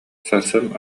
сарсын